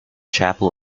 chapel